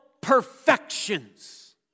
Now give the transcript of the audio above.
perfections